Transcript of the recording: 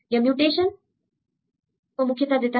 यह म्यूटेशन को मुख्यता देता है